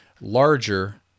larger